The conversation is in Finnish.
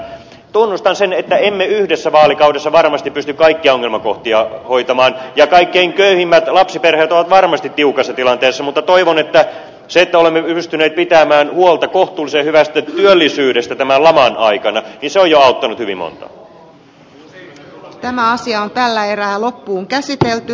tunnustan sen että emme yhdessä vaalikaudessa varmasti pysty kaikkia ongelmakohtia hoitamaan ja kaikkein köyhimmät lapsiperheet ovat varmasti tiukassa tilanteessa mutta toivon että se että olemme pystyneet pitämään huolta kohtuullisen hyvästä työllisyydestä tämän laman aikana on jo auttanut hyvin montaa